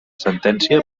sentència